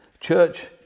church